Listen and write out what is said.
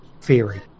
theory